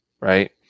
right